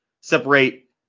separate